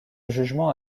jugement